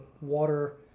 water